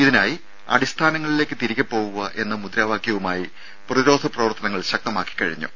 ഇതിനായി അടിസ്ഥാനങ്ങളിലേക്ക് തിരികെ പോവുക എന്ന മുദ്രാവാക്യവുമായി പ്രതിരോധ പ്രവർത്തനങ്ങൾ ശക്തമാക്കി കഴിഞ്ഞു